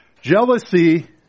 Jealousy